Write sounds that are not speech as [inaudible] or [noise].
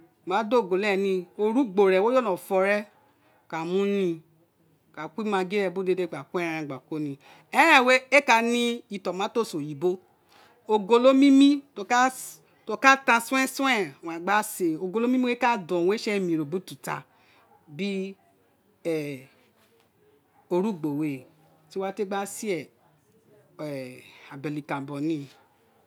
Oma da ogolo ren ni orugbo re wo jolo fọ rẹn wo ka mu wo ka ko imaggi re biri urun gba ko eran wé gba komi eren wé éè ka ne tomatoea oyibo ogolo mimi to ka ta [unintelligible] owun a gbe sé è ogoli mimi wé ka don owun ré sé emi biri ututa [hesitation] orugbo wé ti wa té gba sé [hesitation] ọbẹli karanbọ ni